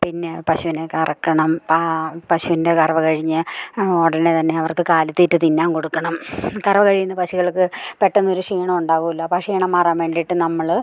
പിന്നെ പശുവിനെ കറക്കണം പശുവിൻ്റെ കറവ കഴിഞ്ഞ് ഉടനെ തന്നെ അവർക്ക് കാലിത്തീറ്റ തിന്നാൻ കൊടുക്കണം കറവ കഴിയുന്ന പശുകൾക്ക് പെട്ടെന്നൊരു ക്ഷീണമുണ്ടാകുമല്ലോ അപ്പം ആ ക്ഷീണം മാറാൻ വേണ്ടിയിട്ട് നമ്മൾ